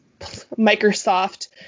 Microsoft